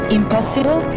impossible